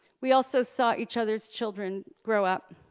we also saw each other's children grow up.